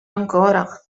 ancora